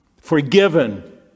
forgiven